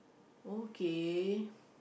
okay